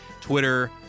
Twitter